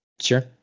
Sure